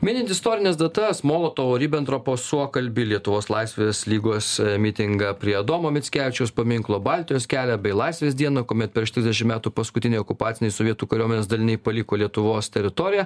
minint istorines datas molotovo ribentropo suokalbį lietuvos laisvės lygos mitingą prie adomo mickevičiaus paminklo baltijos kelią bei laisvės dieną kuomet prieš trisdešim metų paskutiniai okupaciniai sovietų kariuomenės daliniai paliko lietuvos teritoriją